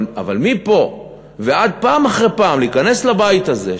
אבל מפה ועד פעם אחרי פעם להיכנס לבית הזה,